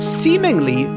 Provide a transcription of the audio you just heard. seemingly